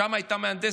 שם היא הייתה מהנדסת,